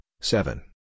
seven